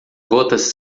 gotas